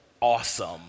awesome